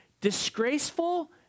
Disgraceful